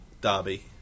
derby